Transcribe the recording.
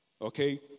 Okay